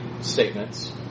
statements